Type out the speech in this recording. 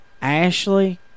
Ashley